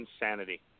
insanity